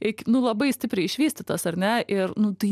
ik nu labai stipriai išvystytas ar ne ir nu tai